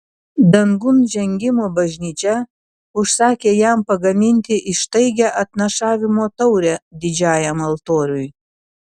dangun žengimo bažnyčia užsakė jam pagaminti ištaigią atnašavimo taurę didžiajam altoriui